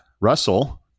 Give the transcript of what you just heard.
Russell